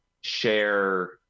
share